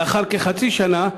לאחר כחצי שנה,